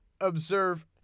observe